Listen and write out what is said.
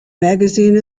magazine